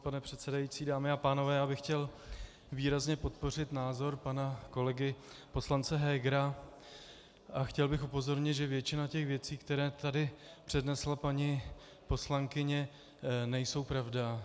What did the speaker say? Pane předsedající, dámy a pánové, já bych chtěl výrazně podpořit názor pana kolegy poslance Hegera a chtěl bych upozornit, že většina těch věcí, které tady přednesla paní poslankyně, nejsou pravda.